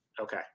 Okay